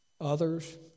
others